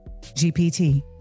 GPT